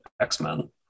X-Men